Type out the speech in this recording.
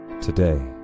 Today